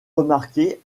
remarquer